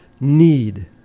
need